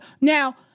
Now